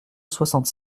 soixante